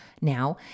now